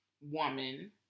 woman